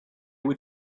were